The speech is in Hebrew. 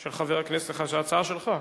של חבר הכנסת, ההצעה שלך?